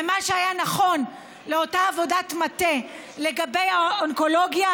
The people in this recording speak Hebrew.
ומה שהיה נכון לאותה עבודת מטה לגבי האונקולוגיה